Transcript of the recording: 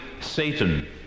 Satan